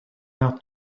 here